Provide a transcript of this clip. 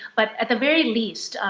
but at the very least,